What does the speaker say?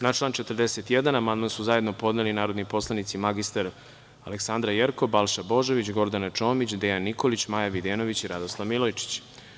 Na član 41. amandman su zajedno podneli narodni poslanici mr Aleksandra Jerkov, Balša Božović, Gordana Čomić, Dejan Nikolić, Maja Videnović i Radoslav Milojičić.